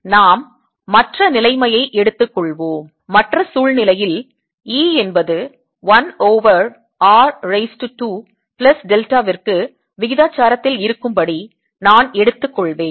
நாம் மற்ற நிலைமையை எடுத்துக் கொள்வோம் மற்ற சூழ்நிலையில் E என்பது 1 over r raise to 2 plus டெல்டாவிற்கு விகிதாச்சாரத்தில் இருக்கும்படி நான் எடுத்துக் கொள்வேன்